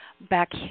back